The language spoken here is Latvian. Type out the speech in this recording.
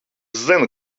zinu